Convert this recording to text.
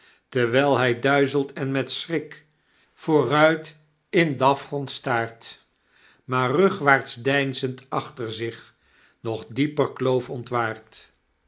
terwyl hy duizelt en met schrik vooruit in d'afgrond staart maar rugwaarts deinzend achter zich nog dieper kloof ontwaart